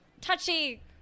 touchy